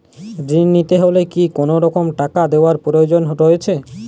ঋণ নিতে হলে কি কোনরকম টাকা দেওয়ার প্রয়োজন রয়েছে?